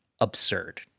absurd